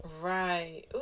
right